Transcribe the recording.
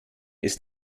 ist